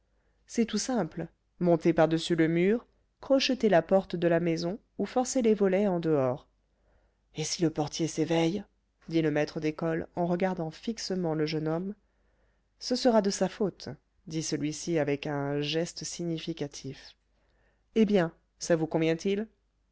c'est tout simple monter par-dessus le mur crocheter la porte de la maison ou forcer les volets en dehors et si le portier s'éveille dit le maître d'école en regardant fixement le jeune homme ce sera de sa faute dit celui-ci avec un geste significatif eh bien ça vous convient-il